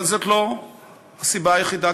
אבל זאת לא הסיבה היחידה,